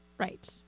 Right